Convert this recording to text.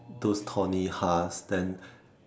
those thorny husk then